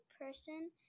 person